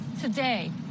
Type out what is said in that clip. Today